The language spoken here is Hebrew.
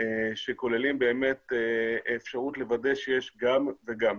שכוללים אפשרות לוודא שיש גם וגם.